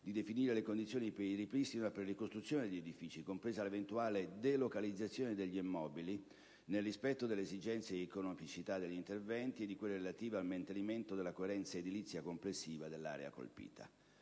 di definire le condizioni per il ripristino e la ricostruzione di edifici, compresa l'eventuale delocalizzazione degli immobili, nel rispetto delle esigenze di economicità degli interventi e di quelle relative al mantenimento della coerenza edilizia complessiva dell'area colpita.